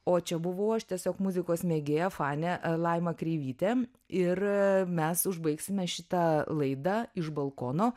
o čia buvau aš tiesiog muzikos mėgėja fanė laima kreivytė ir mes užbaigsime šitą laidą iš balkono